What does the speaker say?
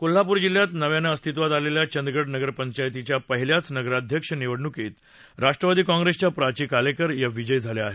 कोल्हापूर जिल्ह्यात नव्यानं अस्तित्वात आलेल्या चंदगड नगरपंचायतीच्या पहिल्याच नगराध्यक्ष निवडण्कीत राष्ट्रवादी काँग्रेसच्या प्राची कालेकर या विजयी झाल्या आहेत